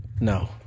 No